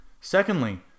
Secondly